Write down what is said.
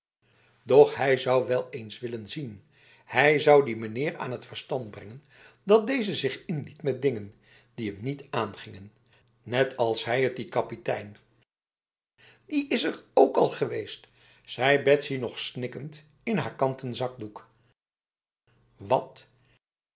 doch hij zou wel eens willen zien hij zou die meneer aan t verstand brengen dat deze zich inliet met dingen die hem niet aangingen net als hij het die kapitein die is er ook al geweestf zei betsy nog snikkend in haar kanten zakdoek wat